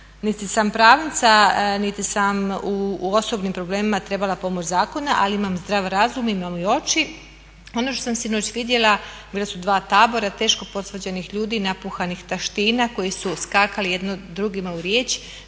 Niti sam pravnica, niti sam u osobnim problemima trebala pomoć zakona, ali imam zdrav razum, imam i oči, ono što sam sinoć vidjela bila su dva tabora teško posvađanih ljudi napuhanih taština koji su skakali jedno drugima u riječ,